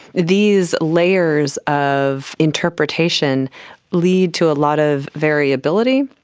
these layers of interpretation lead to a lot of variability.